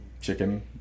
chicken